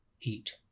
eat